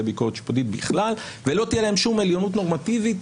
ביקורת שיפוטית ולא תהיה להם שום עליונות נורמטיבית,